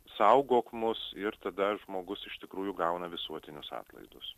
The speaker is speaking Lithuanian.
saugok mus ir tada žmogus iš tikrųjų gauna visuotinius atlaidus